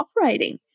operating